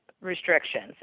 restrictions